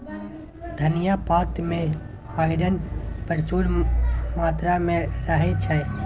धनियाँ पात मे आइरन प्रचुर मात्रा मे रहय छै